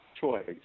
choice